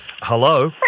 hello